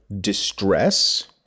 distress